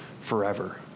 forever